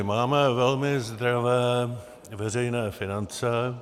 Máme velmi zdravé veřejné finance.